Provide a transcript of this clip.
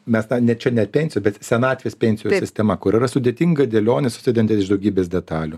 mes tą ne čia ne pensijų bet senatvės pensijų sistema kur yra sudėtinga dėlionė susidedanti iš daugybės detalių